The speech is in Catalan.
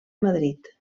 madrid